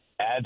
add